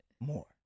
More